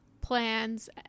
plans